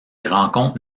rencontre